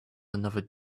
another